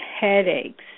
headaches